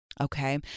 okay